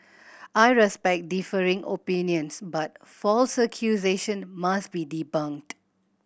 I respect differing opinions but false accusation must be debunked